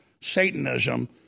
Satanism